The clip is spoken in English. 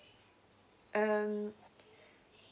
um